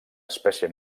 espècie